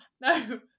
No